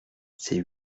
c’est